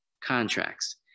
contracts